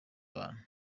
abantu